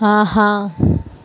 ஆஹா